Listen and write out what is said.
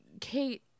Kate